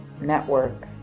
network